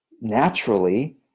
naturally